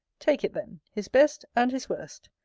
take it then his best, and his worst,